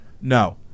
No